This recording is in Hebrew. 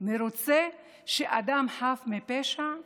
מרוצה שאדם חף מפשע נרצח.